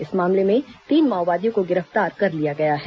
इस मामले में तीन माओवादियों को गिरफ्तार कर लिया गया है